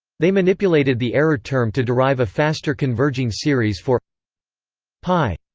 they manipulated the error term to derive a faster converging series for p.